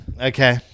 okay